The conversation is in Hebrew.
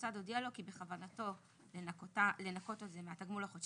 שהמוסד הודיע לו כי בכוונתו לנכות את זה מהתגמול החודשי,